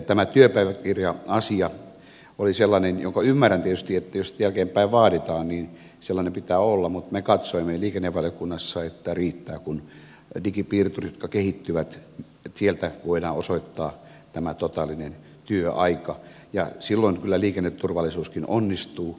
tämä työpäiväkirja asia oli sellainen josta ymmärrän tietysti että jos sitä jälkeenpäin vaaditaan niin sellainen pitää olla että me katsoimme liikennevaliokunnassa että riittää kun digipiirtureista jotka kehittyvät voidaan osoittaa tämä totaalinen työaika ja silloin kyllä liikenneturvallisuuskin onnistuu